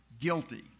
guilty